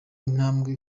intambwe